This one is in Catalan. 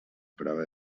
prova